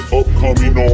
upcoming